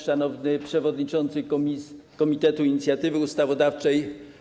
Szanowny Przewodniczący Komitetu Inicjatywy Ustawodawczej!